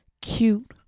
cute